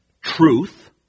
truth